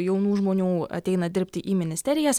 jaunų žmonių ateina dirbti į ministerijas